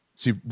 See